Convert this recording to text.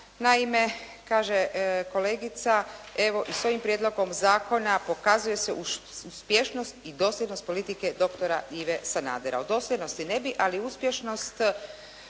Naime, kaže kolegica, evo i s ovim prijedlogom zakona pokazuje se uspješnost i dosljednost politike doktora Ive Sanadera. O dosljednosti ne bih, ali uspješnost,